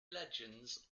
legends